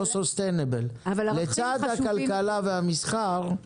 לצד הכלכלה והמסחר יש עוד ערך.